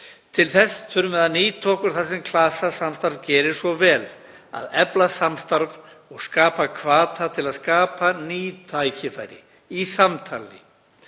Til þess þurfum við að nýta okkur það sem klasasamstarf gerir svo vel — að efla samstarf og skapa hvata til að skapa ný tækifæri í samtali.